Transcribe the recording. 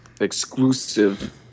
exclusive